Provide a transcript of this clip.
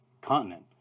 continent